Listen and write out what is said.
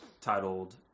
titled